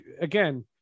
again